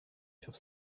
sur